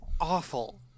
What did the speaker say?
awful